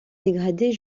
dégradée